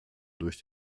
durch